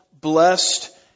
blessed